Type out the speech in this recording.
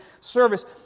service